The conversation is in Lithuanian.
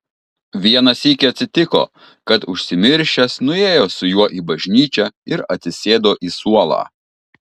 vieną sykį atsitiko kad užsimiršęs nuėjo su juo į bažnyčią ir atsisėdo į suolą